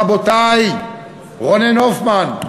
רבותי רונן הופמן,